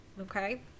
okay